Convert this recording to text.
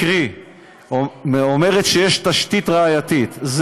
קרי אומרת שיש תשתית ראייתית,